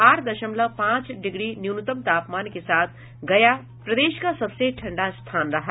आठ दशमलव पांच डिग्री न्यूनतम तापमान के साथ गया प्रदेश का सबसे ठंड स्थान रहा